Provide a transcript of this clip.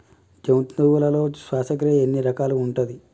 జంతువులలో శ్వాసక్రియ ఎన్ని రకాలు ఉంటది?